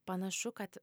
panašu kad